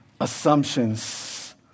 assumptions